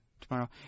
tomorrow